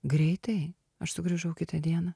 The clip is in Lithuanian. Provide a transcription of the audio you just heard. greitai aš sugrįžau kitą dieną